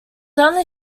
only